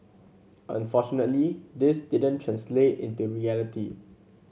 unfortunately this didn't translate into reality